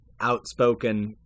outspoken